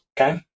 Okay